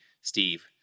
Steve